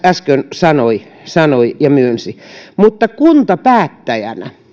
äsken sanoi sanoi ja myönsi mutta kuntapäättäjälle